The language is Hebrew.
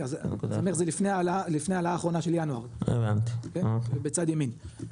זה לפני ההעלאה האחרונה של ינואר, בצד ימין,